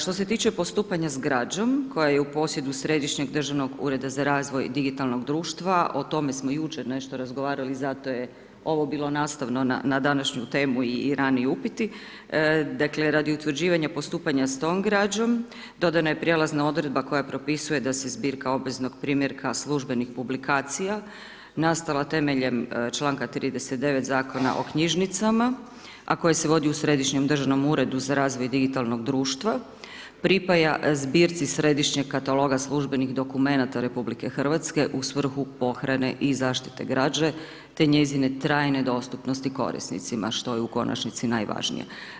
Što se tiče postupanja s građom, koja je u posjedu Središnjeg državnog ureda za razvoj digitalnog društva, o tome smo jučer nešto razgovarali, zato je ovo bilo nastavno na današnju temu i raniji upiti, dakle radi utvrđivanja postupanja s tom građom, dodana je prijelazna odredba koja propisuje da se zbirka obveznog primjerka službenih publikacija nastala temeljem čl. 39 Zakona o knjižnicama, a koje se vodi u Središnjem državnom uredu za razvoj digitalnog društva, pripaja zbirci središnjeg kataloga službenih dokumenata RH u svrhu pohrane i zaštite građe te njezine trajne dostupnosti korisnicima, što je u konačnici najvažnije.